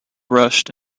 rushed